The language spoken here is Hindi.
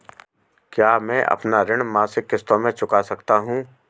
क्या मैं अपना ऋण मासिक किश्तों में चुका सकता हूँ?